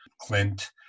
clint